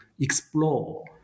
explore